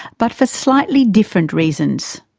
but for slightly different reasons.